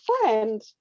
friend